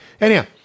Anyhow